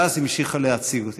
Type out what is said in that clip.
ואז המשיכה להציג אותי.